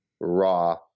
raw